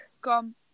come